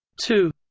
two